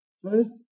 First